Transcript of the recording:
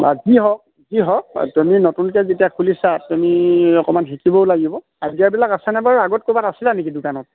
বা যি হওক যি হওক তুমি নতুনকে যেতিয়া খুলিছা তুমি অকণমান শিকিবও লাগিব আইডিয়াবিলাক আছেনে বাৰু আগত ক'বাত আছিলা নেকি দোকানত